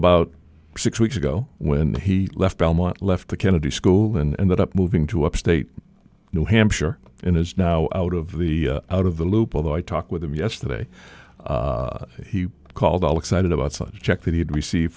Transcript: about six weeks ago when he left belmont left the kennedy school and up moving to upstate new hampshire and is now out of the out of the loop although i talked with him yesterday he called all excited about such a check that he had received